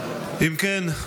אם כן,